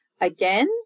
again